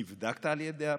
נבדקת על ידי הרופא,